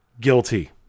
guilty